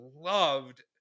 loved